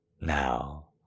Now